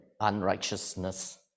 unrighteousness